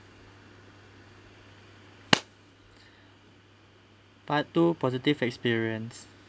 part two positive experience